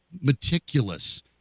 meticulous